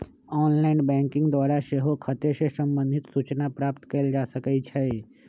online banking द्वारा सेहो खते से संबंधित सूचना प्राप्त कएल जा सकइ छै